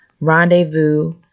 Rendezvous